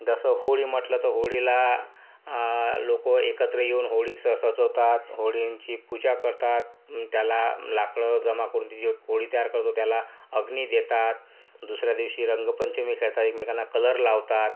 तसं होळी म्हटलं तर होळीला लोक एकत्र येऊन होळी स सजवतात होळींची पूजा करतात त्याला लाकडं जमा करून ती जी होळी तयार करतो त्याला अग्नी देतात दुसऱ्या दिवशी रंगपंचमी खेळतात एकमेकांना कलर लावतात